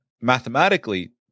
mathematically